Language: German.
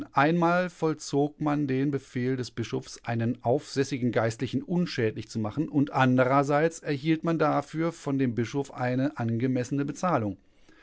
einmal vollzog man den befehl des bischofs einen aufsässigen geistlichen unschädlich zu machen und andererseits seits erhielt man dafür von dem bischof eine angemessene bezahlung